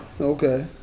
Okay